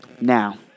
Now